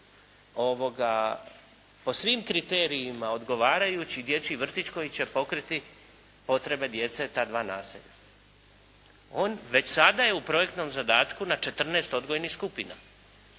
i po svim kriterijima odgovarajući dječji vrtić koji će pokriti potrebe djece ta dva naselja. On već sada je u projektnom zadatku na 14 odgojnih skupina.